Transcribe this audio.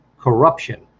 corruption